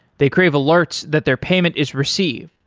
they crave alerts that their payment is received.